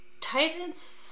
Titans